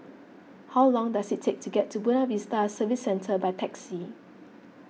how long does it take to get to Buona Vista Service Centre by taxi